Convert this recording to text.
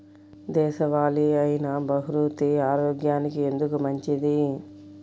దేశవాలి అయినా బహ్రూతి ఆరోగ్యానికి ఎందుకు మంచిది?